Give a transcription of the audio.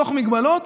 בתוך מגבלות.